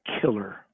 killer